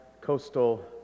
coastal